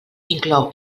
inclou